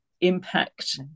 impact